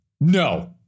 no